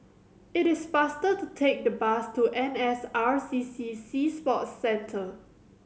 it is faster to take the bus to N S R C C Sea Sports Centre